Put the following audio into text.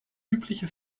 übliche